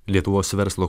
lietuvos verslo